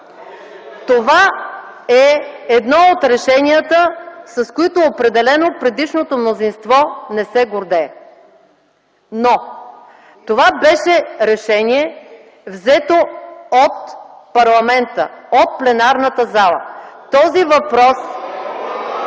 Това е едно от решенията, с които определено предишното мнозинство не се гордее. Но това беше решение, взето от парламента, от пленарната зала. Този въпрос